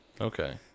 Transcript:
Okay